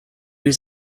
was